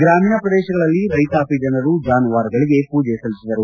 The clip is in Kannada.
ಗ್ರಾಮೀಣ ಪ್ರದೇಶಗಳಲ್ಲಿ ರೈತಾಪಿ ಜನರು ಜಾನುವಾರುಗಳಿಗೆ ಪೂಜೆ ಸಲ್ಲಿಸಿದರು